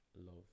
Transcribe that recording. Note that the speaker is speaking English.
love